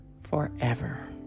forever